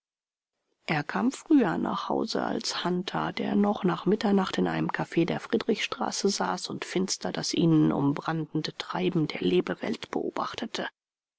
er kam früher nach hause als hunter der noch nach mitternacht in einem cafe der friedrichstraße saß und finster das ihn umbrandende treiben der lebewelt beobachtete